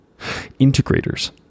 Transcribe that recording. Integrators